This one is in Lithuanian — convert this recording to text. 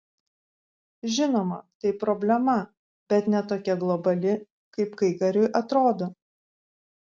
žinoma tai problema bet ne tokia globali kaip kaikariui atrodo